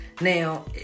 now